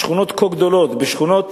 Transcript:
בשכונות כה גדולות, בשכונות